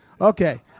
Okay